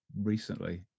recently